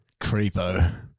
creepo